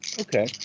Okay